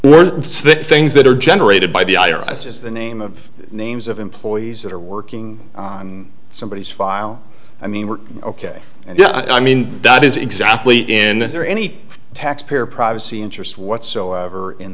r s things that are generated by the i r s is the name of the names of employees that are working somebody is file i mean we're ok and i mean that is exactly in there any taxpayer privacy interest whatsoever in